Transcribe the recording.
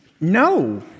No